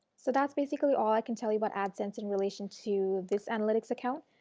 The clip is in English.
so that is basically all i can tell you about adsense in relation to this analytics account.